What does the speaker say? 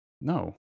No